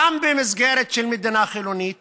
גם במסגרת של מדינה חילונית